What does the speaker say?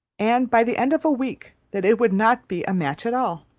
and by the end of a week that it would not be a match at all.